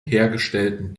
hergestellten